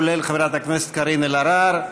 כולל חברת הכנסת קארין אלהרר,